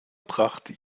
brachte